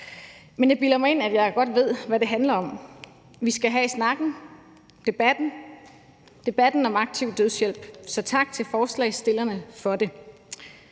Men jeg bilder mig ind, at jeg godt ved, hvad det handler om. Vi skal have snakken, debatten – debatten om aktiv dødshjælp. Så tak til forslagsstillerne for det.